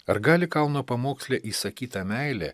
ar gali kalno pamoksle įsakyta meilė